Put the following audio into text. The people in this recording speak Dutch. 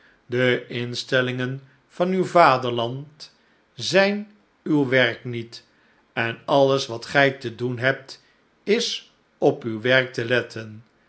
de instellingen van uw vaderland zijn uw werk niet en alles wat gij te doen hebt is op uw werk te letten